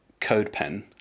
CodePen